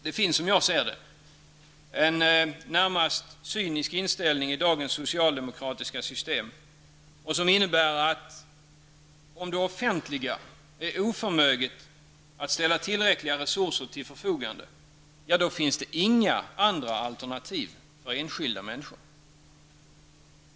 Det finns, som jag ser det, i dagens socialdemokratiska system en närmast cynisk inställning, som innebär att om det offentliga är oförmöget att ställa tillräckliga resurser till förfogande -- ja, då finns det inga andra alternativ för enskilda människor.